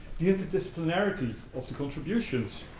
the interdisciplinarity of the contributions,